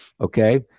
Okay